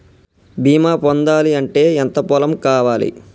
బీమా పొందాలి అంటే ఎంత పొలం కావాలి?